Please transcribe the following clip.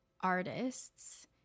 artists